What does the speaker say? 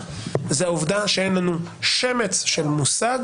זה העובדה שאין לנו שמץ של מושג